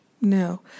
No